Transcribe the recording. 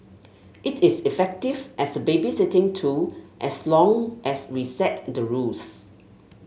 it is effective as a babysitting tool as long as we set the rules